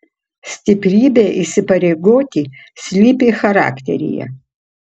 stiprybė įsipareigoti slypi charakteryje